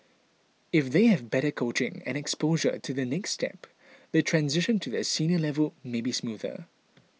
if they have better coaching and exposure to the next step the transition to the senior level may be smoother